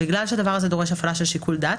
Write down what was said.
הדבר הזה דורש הפעלה של שיקול דעת,